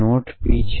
P છે